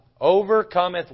overcometh